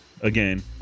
Again